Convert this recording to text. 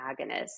agonist